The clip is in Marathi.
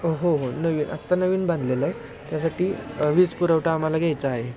हो हो नवीन आत्ता नवीन बांधलेलं आहे त्यासाठी वीज पुरवठा आम्हाला घ्यायचा आहे